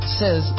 says